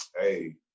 hey